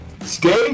Stay